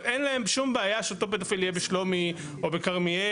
אבל אין להם שום בעיה שאותו פדופיל יהיה בשלומי או בכרמיאל.